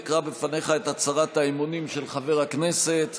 אקרא בפניך את הצהרת האמונים של חבר הכנסת,